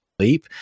Sleep